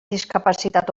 discapacitat